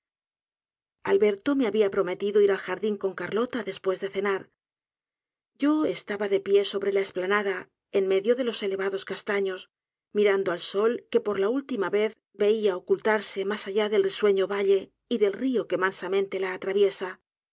alberto me había prometido ir al jardin con carlota después de cenar yo estaba de pie sobre la esplanada en medio de los elevados castaños mirando al sol que por la última vez veia ocultarse mas allá del risueño valle y del rio que mansamente la atraviesa